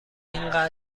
اینقدر